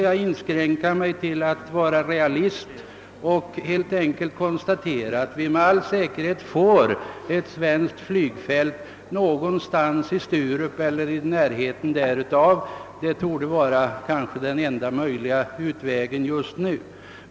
Jag skall emellertid vara realist och inskränka mig till att konstatera, att vi med all säkerhet får ett svenskt flygfält någonstans i Sturup eller i dess närhet — det är kanske den enda möjliga utvägen just nu.